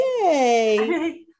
Yay